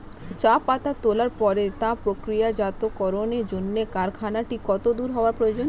চা পাতা তোলার পরে তা প্রক্রিয়াজাতকরণের জন্য কারখানাটি কত দূর হওয়ার প্রয়োজন?